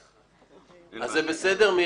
בסדר.